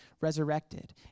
resurrected